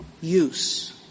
use